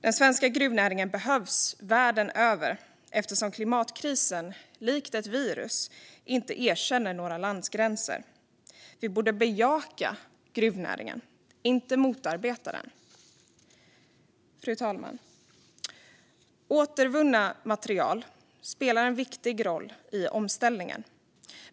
Den svenska gruvnäringen behövs världen över eftersom klimatkrisen, likt ett virus, inte erkänner några landsgränser. Vi borde bejaka gruvnäringen, inte motarbeta den. Fru talman! Återvunna material spelar en viktig roll i omställningen.